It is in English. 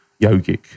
yogic